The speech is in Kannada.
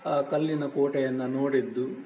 ಆ ಕಲ್ಲಿನ ಕೋಟೆಯನ್ನು ನೋಡಿದ್ದು